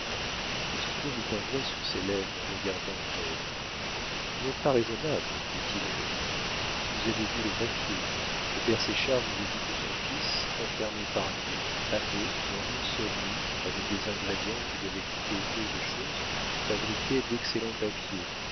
dettes petit claud mit un doigt sur ses lèvres en regardant ève vous n'êtes pas raisonnables dit-il aux deux frères vous avez vu le papier le père séchard vous a dit que son fils enfermé par lui avait dans une seule nuit avec des ingrédients qui devaient coûter peu de chose fabriqué d'excellent papier